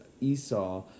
esau